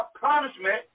punishment